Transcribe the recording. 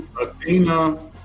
Athena